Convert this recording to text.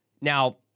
now